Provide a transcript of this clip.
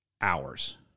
hours